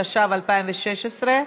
התשע"ו 2015,